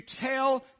tell